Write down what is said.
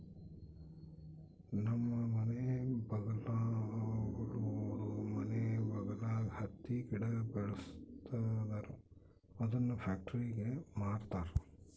ನಮ್ಮ ಮನೆ ಬಗಲಾಗುಳೋರು ಮನೆ ಬಗಲಾಗ ಹತ್ತಿ ಗಿಡ ಬೆಳುಸ್ತದರ ಅದುನ್ನ ಪ್ಯಾಕ್ಟರಿಗೆ ಮಾರ್ತಾರ